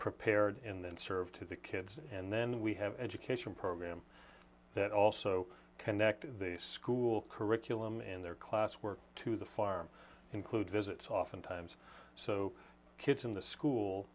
prepared in then served to the kids and then we have education program that also connected the school curriculum in their class work to the farm include visits oftentimes so kids in the school